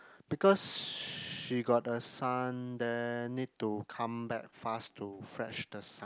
because she got a son there need to come back fast to fetch the son